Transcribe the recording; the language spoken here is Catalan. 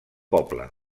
poble